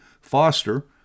Foster